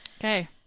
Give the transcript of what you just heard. Okay